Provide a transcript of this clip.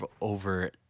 over